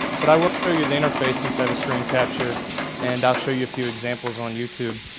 but i will show you the interface since i have a screen capture and i'll show you a few examples on youtube.